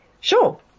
Sure